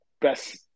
best